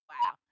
Wow